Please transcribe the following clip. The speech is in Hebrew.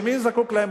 שמי זקוק להם?